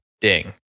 Ding